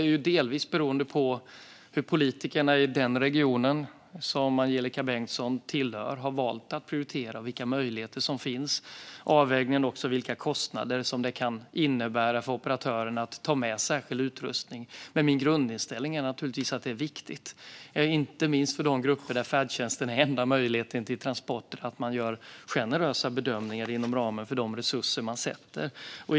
Hur detta ska se ut beror delvis på hur politikerna i den region som Angelika Bengtsson tillhör har valt att prioritera när det gäller vilka möjligheter som ska finnas. Det är också de som gör avvägningen av vilka kostnader det kan innebära för operatörerna att ta med särskild utrustning. Min grundinställning är naturligtvis att det här är viktigt. Det gäller inte minst för de grupper där färdtjänsten är den enda möjligheten till transport. Man måste göra generösa bedömningar inom ramen för de resurser som man sätter till.